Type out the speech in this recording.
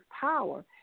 power